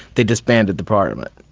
they disbanded the parliament.